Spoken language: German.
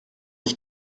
ich